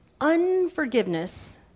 Unforgiveness